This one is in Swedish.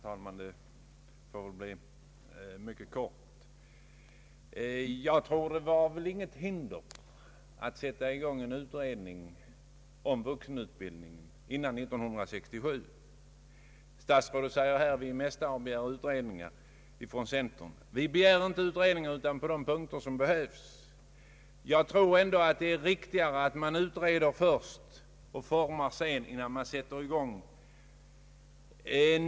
Herr talman! Jag skall fatta mig mycket kort. Jag tror inte att det fanns något hinder för att sätta i gång en utredning om vuxenutbildningen före år 1967. Statsrådet Carlsson säger att vi inom centern är mästare på att begära utredningar. Vi begär inte utredningar annat än på de punkter där sådana behövs. Jag tror ändå att det är riktigare att utreda först och forma sedan än tvärtom.